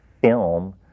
Film